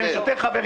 לכם יש יותר חברים,